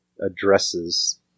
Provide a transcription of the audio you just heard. addresses